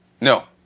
No